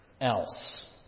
else